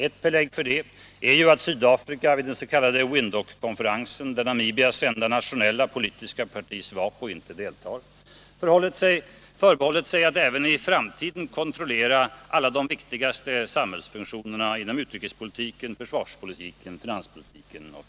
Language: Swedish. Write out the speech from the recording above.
Ett belägg för detta är ju att Sydafrika vid den s.k. Windhoek-konferensen, där Namibias enda nationella politiska parti SWAPO ej deltar, förbehållit sig att även i framtiden kontrollera alla de viktigaste samhällsfunktionerna inom utrikespolitik, försvarspolitik, finanspolitik etc.